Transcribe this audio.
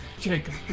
Jacob